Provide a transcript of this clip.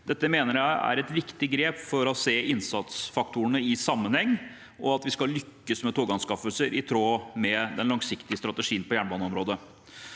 Dette mener jeg er et viktig grep for å se innsatsfaktorene i sammenheng, og for at vi skal lykkes med toganskaffelser i tråd med den langsiktige strategien på jernbaneområdet.